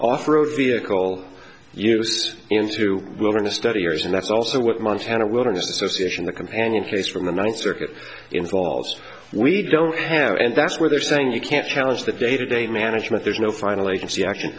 off road vehicle use into wilderness studiers and that's also what montana wilderness association the companion case from the ninth circuit involved we don't have and that's where they're saying you can't challenge the day to day management there's no final agency action